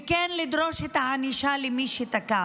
וכן לדרוש את הענישה למי שתקף.